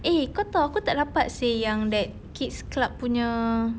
eh kau tahu aku tak dapat seh yang that kids club punya